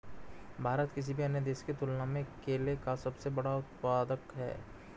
भारत किसी भी अन्य देश की तुलना में केले का सबसे बड़ा उत्पादक है